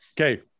Okay